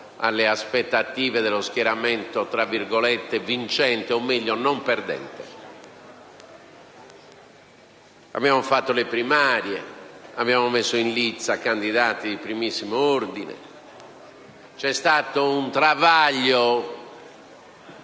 alle aspettative dello schieramento, per così dire, vincente, o meglio non perdente. Abbiamo indetto le elezioni primarie dove abbiamo messo in lizza candidati di primissimo ordine. C'è stato un travaglio